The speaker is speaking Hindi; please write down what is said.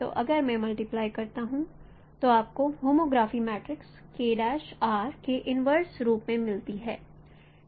तो अगर मैं मल्टीप्लाई करता हूं तो आपको होमोग्राफी मैट्रिक्स रूप में मिलती है